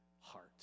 heart